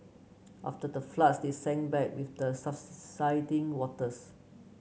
after the floods they sink back with the subsiding waters